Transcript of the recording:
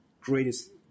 greatest